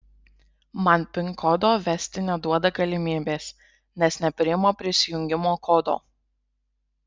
man pin kodo vesti neduoda galimybės nes nepriima prisijungimo kodo